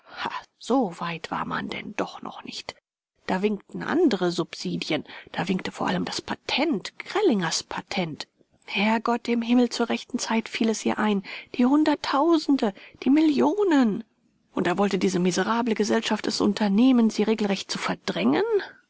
so weit war man denn doch noch nicht da winkten andere subsidien da winkte vor allem das patent grellingers patent herrgott im himmel zur rechten zeit fiel es ihr ein die hunderttausende die millionen und da wollte diese miserable gesellschaft es unternehmen sie regelrecht zu verdrängen